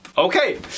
Okay